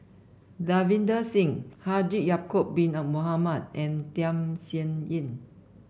Davinder Singh Haji Ya'acob bin a Mohamed and Tham Sien Yen